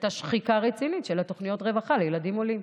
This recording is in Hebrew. שהייתה שחיקה רצינית של תוכניות הרווחה לילדים עולים.